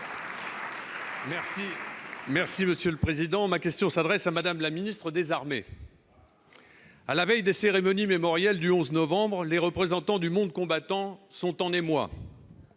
Les Républicains. Ma question s'adresse à Mme la ministre des armées. À la veille des cérémonies mémorielles du 11 novembre, les représentants du monde combattant sont en émoi